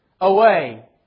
away